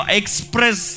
express